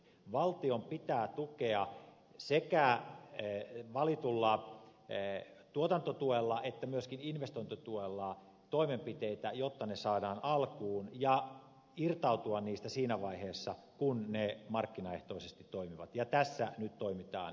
valtion pitää tukea sekä valitulla tuotantotuella että myöskin investointituella toimenpiteitä jotta ne saadaan alkuun ja irtautua niistä siinä vaiheessa kun ne markkinaehtoisesti toimivat ja tässä nyt toimitaan juuri näin